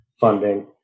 funding